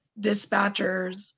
dispatchers